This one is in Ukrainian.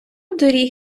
доріг